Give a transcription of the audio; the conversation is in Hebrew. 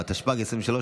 התשפ"ג 2023,